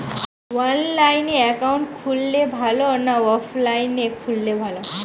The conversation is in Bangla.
অনলাইনে একাউন্ট খুললে ভালো না অফলাইনে খুললে ভালো?